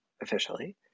officially